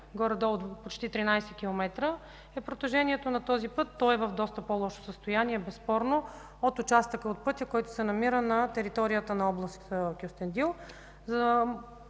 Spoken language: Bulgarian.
горе-долу почти 13 км е протежението на този път, той е в доста по-лошо състояние, безспорно, от участъка от пътя, който се намира на територията на област Кюстендил.